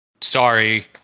sorry